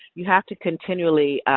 you have to continually,